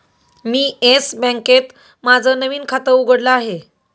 मी Yes बँकेत माझं नवीन खातं उघडलं आहे